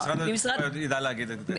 משרד התחבורה יידע להגיד את זה.